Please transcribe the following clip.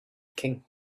king